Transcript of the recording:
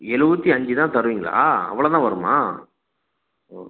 எழுவத்தி அஞ்சு தான் தருவீங்களா அவ்வளோதான் வருமா ஓ